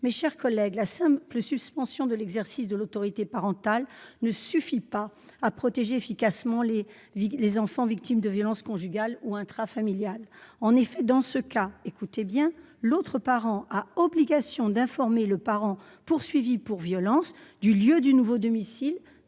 Mes chers collègues, la simple suspension de l'exercice de l'autorité parentale ne suffit pas à protéger efficacement les enfants victimes de violences conjugales ou intrafamiliales. En effet, dans ce cas, l'autre parent a l'obligation de donner au parent poursuivi pour violences l'adresse du nouveau domicile